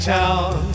Town